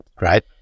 Right